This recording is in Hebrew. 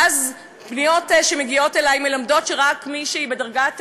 ואז פניות שמגיעות אלי מלמדות שרק מישהי בדרגת